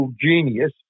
genius